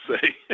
say